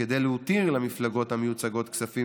וכדי להותיר למפלגות המיוצגות כספים